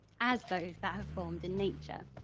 as those that have formed in nature.